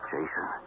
Jason